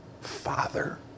Father